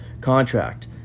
contract